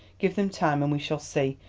give them time, and we shall see.